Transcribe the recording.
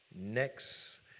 next